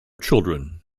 children